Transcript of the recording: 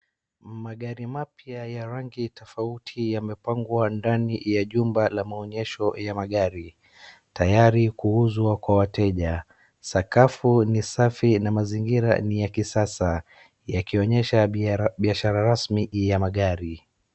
Magari mapya ya rangi tofauti yamepangwa ndani ya jumba la maonyesho ya magari. Tayari kuuzwa kwa wateja. Sakafu ni safi na mazingira ni ya kisasa, yakionyesha biashara rasmi ya magari.